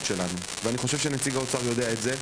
שלנו ואני חושב שנציג האוצר יודע את זה.